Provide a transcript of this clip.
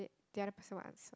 the other person will answer